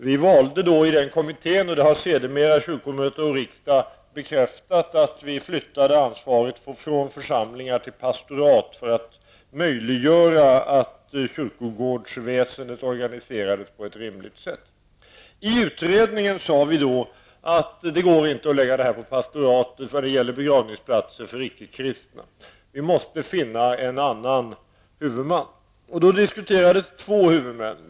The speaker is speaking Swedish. Vi valde i kommittén -- och det har sedermera kyrkomöte och riksdag bekräftat -- att flytta ansvaret från församlingar till pastorat för att möjliggöra att kyrkogårdsväsendet organiserades på ett rimligt sätt. Men det går inte, sade vi i utredningen, att lägga ansvaret på pastorat när det gäller begravningsplatser för icke kristna; vi måste finna en annan huvudman. Då diskuterades två huvudmän.